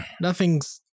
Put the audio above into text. nothing's